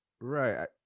right